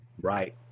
Right